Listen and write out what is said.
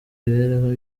mibereho